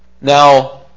Now